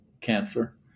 cancer